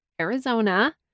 Arizona